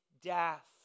death